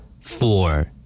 Four